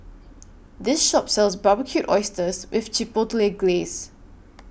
This Shop sells Barbecued Oysters with Chipotle Glaze